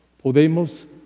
Podemos